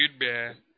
goodbye